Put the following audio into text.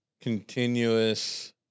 continuous